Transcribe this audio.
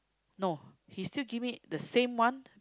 no he still give me the same one